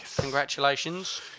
Congratulations